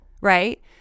right